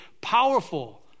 powerful